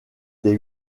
des